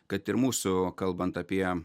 kad ir mūsų kalbant apie